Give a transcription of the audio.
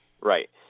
Right